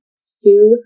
Sue